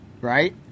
Right